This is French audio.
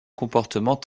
comportement